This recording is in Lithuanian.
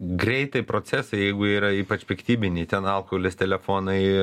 greitai procesai jeigu jie yra ypač piktybiniai ten alkoholis telefonai